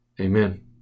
Amen